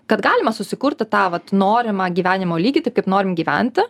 kad galima susikurti tą vat norimą gyvenimo lygį taip kaip norim gyventi